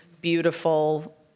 beautiful